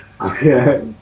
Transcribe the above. Okay